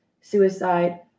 suicide